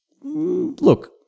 look